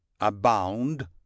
abound